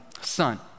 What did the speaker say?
son